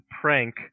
prank